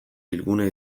bilgunea